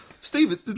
Steve